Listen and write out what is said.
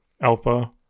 alpha